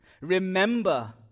Remember